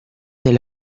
del